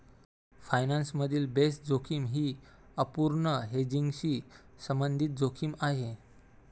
finance मधील base जोखीम ही अपूर्ण हेजिंगशी संबंधित जोखीम आहे